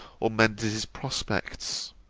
or mended his prospects?